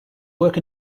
work